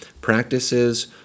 practices